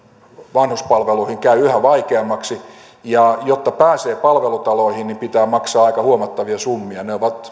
vanhuspalveluihin käy yhä vaikeammaksi ja jotta pääsee palvelutaloihin niin pitää maksaa aika huomattavia summia ne ovat